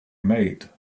made